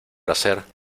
hacer